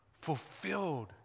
fulfilled